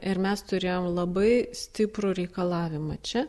ir mes turėjom labai stiprų reikalavimą čia